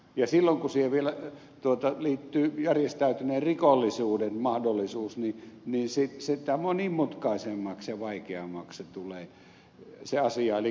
ja silloin kun siihen vielä liittyy järjestäytyneen rikollisuuden mahdollisuus niin sitä monimutkaisemmaksi ja vaikeammaksi se asia tulee